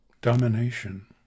domination